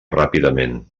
ràpidament